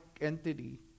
entity